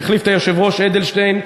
שהחליף את היושב-ראש אדלשטיין,